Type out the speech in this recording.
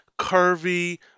curvy